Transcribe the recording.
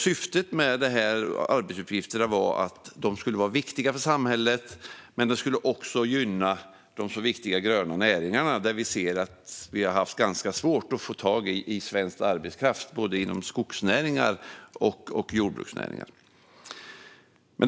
Syftet med arbetsuppgifterna var att de skulle vara viktiga för samhället men också gynna de viktiga gröna näringarna, där vi har haft ganska svårt att få tag i svensk arbetskraft. Det gäller både skogsnäringen och jordbruksnäringen.